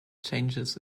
changes